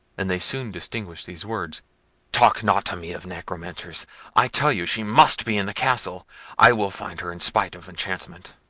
and they soon distinguished these words talk not to me of necromancers i tell you she must be in the castle i will find her in spite of enchantment.